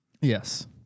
Yes